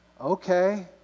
okay